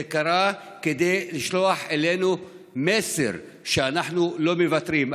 זה קרה כדי לשולח אלינו מסר: אנחנו לא מוותרים.